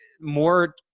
more